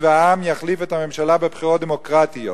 והעם יחליף את הממשלה בבחירות דמוקרטיות.